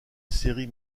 série